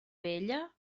vella